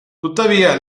tuttavia